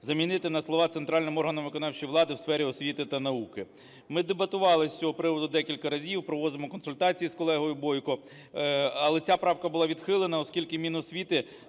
замінити на слова "центральним органом виконавчої влади у сфері освіти та науки". Ми дебатували з цього приводу декілька разів, проводили консультації з колегою Бойко. Але ця правка була відхилена, оскільки Міносвіти